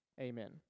Amen